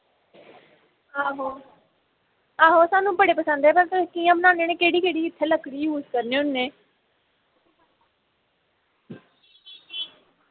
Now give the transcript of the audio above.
आहो आहो स्हानू बड़े पसंद ऐ पर तुस एह् कि'यां बनान्ने होन्ने केह्ड़ी केह्ड़ी इत्थै लकड़ी यूज करने होन्ने